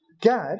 Gad